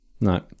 No